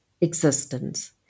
existence